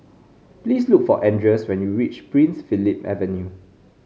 please look for Andreas when you reach Prince Philip Avenue